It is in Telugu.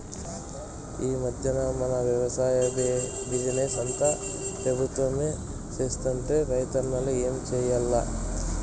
ఈ మధ్దెన మన వెవసాయ బిజినెస్ అంతా పెబుత్వమే సేత్తంటే రైతన్నలు ఏం చేయాల్ల